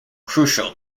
crucial